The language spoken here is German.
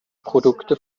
produkte